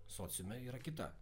sociume yra kita